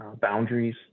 boundaries